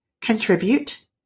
contribute